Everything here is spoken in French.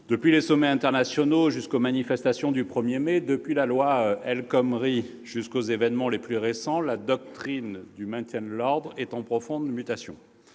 Depuis les sommets internationaux jusqu'aux manifestations du 1 mai, depuis la loi El Khomri jusqu'aux événements les plus récents, la doctrine de maintien de l'ordre est en profonde mutation.